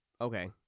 Okay